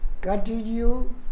continue